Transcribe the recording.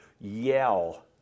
yell